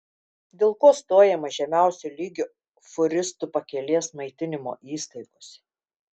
dėl ko stojama žemiausio lygio fūristų pakelės maitinimo įstaigose